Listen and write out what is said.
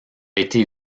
été